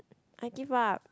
I give up